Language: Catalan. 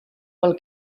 pel